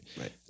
Right